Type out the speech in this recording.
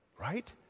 right